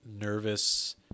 nervous